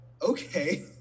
okay